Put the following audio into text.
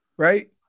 Right